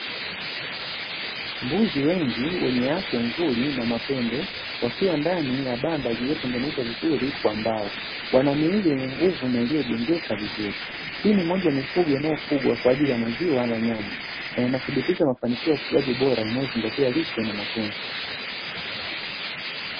Mbuzi wengi wenye afya nzuri na mapembe, wakiwa ndani ya banda lililotengenezwa vizuri kwa mbao, wana miili yenye nguvu na iliyojengeka vizuri, hii ni moja ya mifugo inayofugwa kwa ajili ya maziwa na nyama, na inathibitisha mafanikio ya ufugaji bora inayozingatia lishe na matunzo.